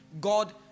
God